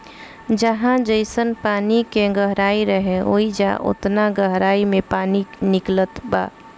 जहाँ जइसन पानी के गहराई रहे, ओइजा ओतना गहराई मे पानी निकलत बा